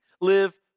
live